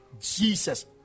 jesus